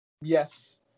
yes